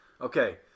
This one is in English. Okay